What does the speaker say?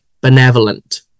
benevolent